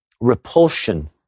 repulsion